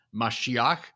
Mashiach